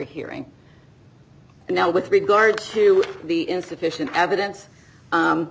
hearing now with regard to the insufficient evidence